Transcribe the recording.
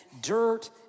dirt